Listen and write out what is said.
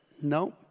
no